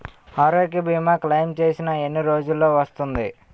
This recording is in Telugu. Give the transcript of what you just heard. ఆరోగ్య భీమా క్లైమ్ చేసిన ఎన్ని రోజ్జులో వస్తుంది?